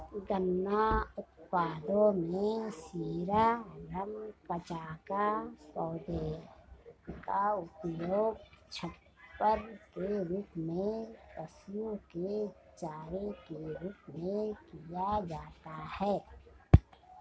गन्ना उत्पादों में शीरा, रम, कचाका, पौधे का उपयोग छप्पर के रूप में, पशुओं के चारे के रूप में किया जाता है